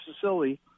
facility